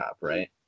right